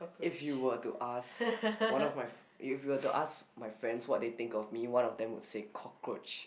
if you were to ask one of my if you to ask my friends what they think of me one of them would say cockroach